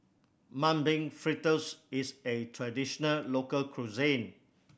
Mung Bean Fritters is a traditional local cuisine